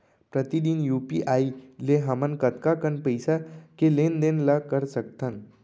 प्रतिदन यू.पी.आई ले हमन कतका कन पइसा के लेन देन ल कर सकथन?